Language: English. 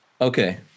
okay